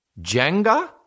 Jenga